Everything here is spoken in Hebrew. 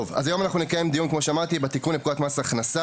היום נקיים דיון בתיקון לפקודת מס הכנסה